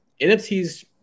NFTs